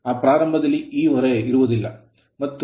ಪ್ರಾರಂಭದಲ್ಲಿ ಈ ಹೊರೆ ಇರುವುದಿಲ್ಲ ಮತ್ತು s1